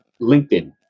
LinkedIn